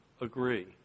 agree